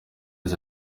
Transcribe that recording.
izo